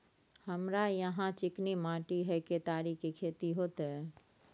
हमरा यहाँ चिकनी माटी हय केतारी के खेती होते?